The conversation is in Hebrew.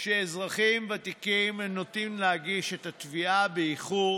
שאזרחים ותיקים נוטים להגיש את התביעה באיחור